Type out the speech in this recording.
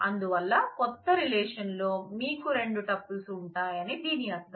అందువల్ల కొత్త రిలేషన్ లో మీకు రెండు టూపుల్స్ ఉంటాయని దీని అర్థం